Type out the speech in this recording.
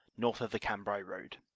north of the cambrai road.